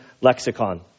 lexicon